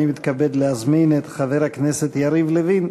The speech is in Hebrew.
אני מתכבד להזמין את חבר הכנסת יריב לוין,